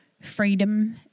freedom